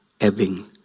ebbing